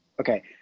Okay